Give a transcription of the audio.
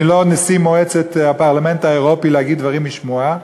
אני לא נשיא הפרלמנט האירופי להגיד דברים משמועה,